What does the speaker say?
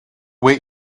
wait